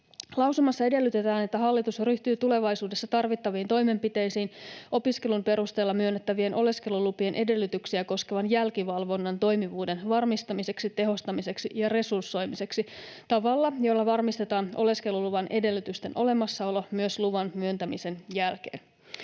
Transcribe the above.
Lausumassa edellytetään, että hallitus ryhtyy tulevaisuudessa tarvittaviin toimenpiteisiin opiskelun perusteella myönnettävien oleskelulupien edellytyksiä koskevan jälkivalvonnan toimivuuden varmistamiseksi, tehostamiseksi ja resursoimiseksi tavalla, jolla varmistetaan oleskeluluvan edellytysten olemassaolo myös luvan myöntämisen jälkeen.